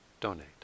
donate